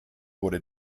wurde